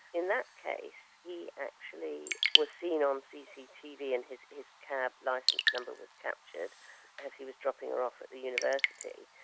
in that case he actually was seen on um cctv in his his cab, licence number was captured as he was dropping her off at the university.